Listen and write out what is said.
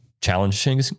challenging